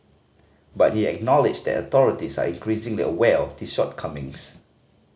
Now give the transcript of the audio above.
but he acknowledged that authorities are increasingly aware of these shortcomings